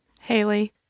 Haley